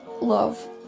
love